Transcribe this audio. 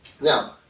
Now